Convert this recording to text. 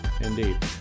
indeed